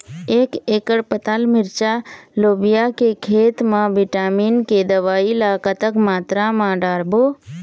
एक एकड़ पताल मिरचा लोबिया के खेत मा विटामिन के दवई ला कतक मात्रा म डारबो?